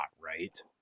right